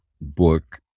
book